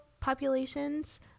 populations